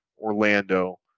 Orlando